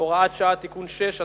(הוראת שעה) (תיקון מס' 6),